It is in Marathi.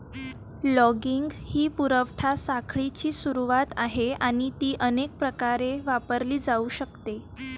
लॉगिंग ही पुरवठा साखळीची सुरुवात आहे आणि ती अनेक प्रकारे वापरली जाऊ शकते